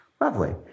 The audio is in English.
Lovely